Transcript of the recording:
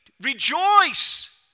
rejoice